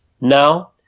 now